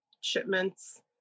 shipments